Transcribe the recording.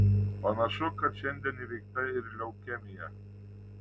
panašu kad šiandien įveikta ir leukemija